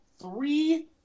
three